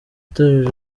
itorero